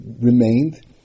remained